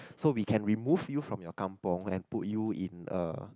so we can remove you from your kampung and put you in a